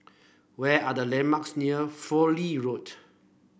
where are the landmarks near Fowlie Road